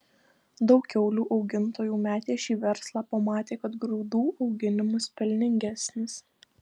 daug kiaulių augintojų metė šį verslą pamatę kad grūdų auginimas pelningesnis